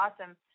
awesome